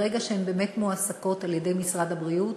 ברגע שהן באמת מועסקות על-ידי משרד הבריאות,